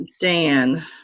Dan